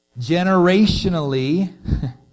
Generationally